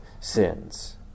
sins